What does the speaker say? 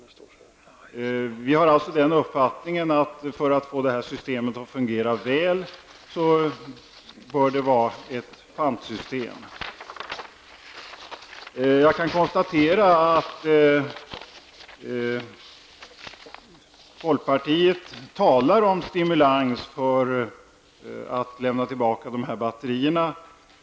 Vi har alltså den uppfattningen att det bör finnas ett pantsystem för att få detta system att fungera väl. Jag kan konstatera att folkpartiet talar om stimulans för att få människor att lämna tillbaka dessa batterier.